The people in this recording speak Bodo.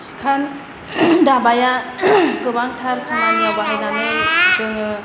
सिखा दाबाया गोबांथार खामानियाव बाहायनानै जोङो